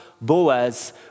Boaz